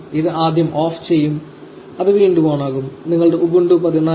ഇത് ആദ്യം ഓഫ് ചെയ്യും അത് വീണ്ടും ഓണാകും നിങ്ങളുടെ ഉബുണ്ടു 14